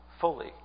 fully